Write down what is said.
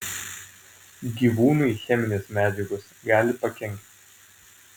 gyvūnui cheminės medžiagos gali pakenkti